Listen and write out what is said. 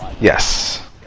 Yes